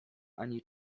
ani